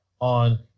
on